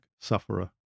sufferer